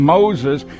Moses